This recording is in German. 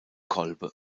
kolbe